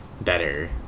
better